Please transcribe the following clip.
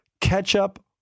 ketchup